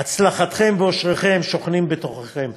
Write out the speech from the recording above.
הצלחתכם ואושרכם שוכנים בתוככם,